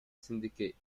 syndicate